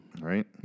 right